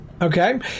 Okay